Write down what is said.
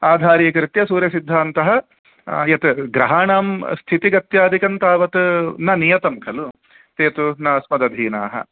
आधारीकृत्य सूर्यसिद्धान्तः यत् ग्रहाणां स्थितिगत्यादिकं तावत् न नियतं खलु ते तु न अस्मदधीनाः